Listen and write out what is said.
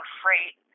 freight